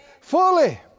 Fully